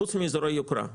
חוץ מאזורי יוקרה.